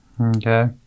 Okay